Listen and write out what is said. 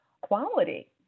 quality